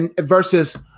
Versus